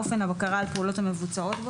אופן הבקרה על פעולות המבוצעות בו,